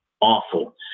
awful